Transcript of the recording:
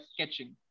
sketching